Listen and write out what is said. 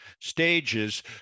stages